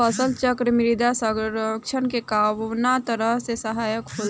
फसल चक्रण मृदा संरक्षण में कउना तरह से सहायक होला?